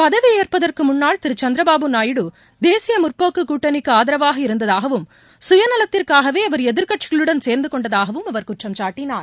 பதவியேற்பதற்குமுன்னாள் தேசியமுற்போக்குகூட்டணிக்குஆதரவாக இருந்ததாகவும் சுயநலத்திற்காகவேஅவர் எதிர்க்கட்சிகளுடன் சேர்ந்தகொண்டதாகவும் அவர் குற்றம் சாட்டினார்